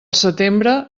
setembre